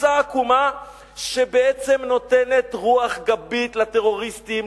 תפיסה עקומה שבעצם נותנת רוח גבית לטרוריסטים,